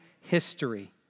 history